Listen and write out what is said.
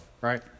right